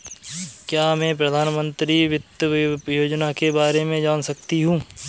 क्या मैं प्रधानमंत्री वित्त योजना के बारे में जान सकती हूँ?